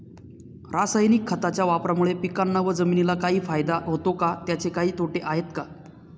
रासायनिक खताच्या वापरामुळे पिकांना व जमिनीला काही फायदा होतो का? त्याचे काही तोटे आहेत का?